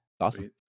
Awesome